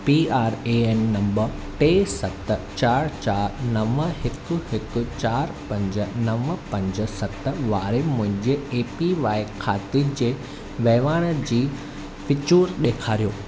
P R A N number टे सत चारि चारि नव हिकु हिकु चारि पंज नव पंज सत वारे मुंहिंजे ए पी वाई खाते जे वहिंवारनि जी विचूर ॾेखारियो